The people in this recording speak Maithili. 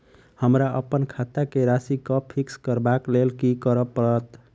हमरा अप्पन खाता केँ राशि कऽ फिक्स करबाक लेल की करऽ पड़त?